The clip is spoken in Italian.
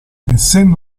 essendo